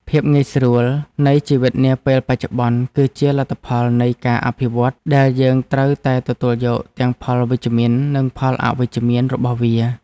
ភាពងាយស្រួលនៃជីវិតនាពេលបច្ចុប្បន្ន គឺជាលទ្ធផលនៃការអភិវឌ្ឍដែលយើងត្រូវតែទទួលយកទាំងផលវិជ្ជមាននិងផលអវិជ្ជមានរបស់វា។